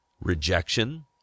rejection